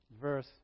Verse